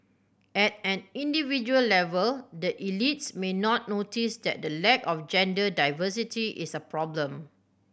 at an individual level the elites may not notice that the lack of gender diversity is a problem